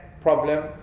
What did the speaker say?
problem